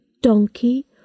Donkey